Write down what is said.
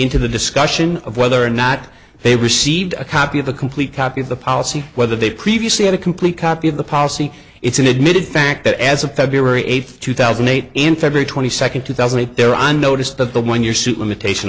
into the discussion of whether or not they received a copy of the complete copy of the policy whether they previously had a complete copy of the policy it's an admitted fact that as of february eighth two thousand and eight in february twenty second two thousand and they're on notice that the one your suit limitation